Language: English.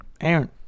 aaron